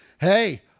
Hey